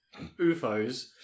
UFOs